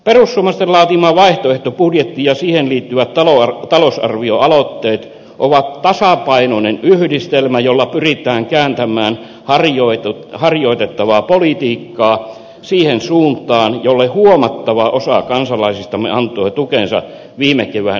perussuomalaisten laatima vaihtoehtobudjetti ja siihen liittyvät talousarvioaloitteet ovat tasapainoinen yhdistelmä jolla pyritään kääntämään harjoitettavaa politiikkaa siihen suuntaan jolle huomattava osa kansalaisistamme antoi tukensa viime kevään eduskuntavaaleissa